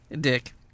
Dick